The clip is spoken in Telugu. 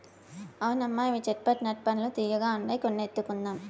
అవునమ్మా ఇవి చేట్ పట్ నట్ పండ్లు తీయ్యగుండాయి కొన్ని ఎత్తుకుందాం